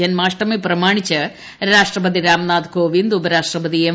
ജന്മാഷ്ടമി പ്രമാണിച്ച് രാഷ്ട്രപതി രാംനാഥ് കോവിന്ദ് ഉപരാഷ്ട്രപതി എം